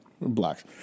blacks